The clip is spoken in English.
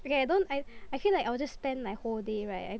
okay I don't I I feel like I will just spend my whole day right just